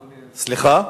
אדוני היושב-ראש,